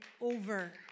over